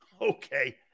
Okay